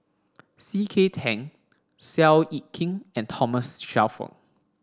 C K Tang Seow Yit Kin and Thomas Shelford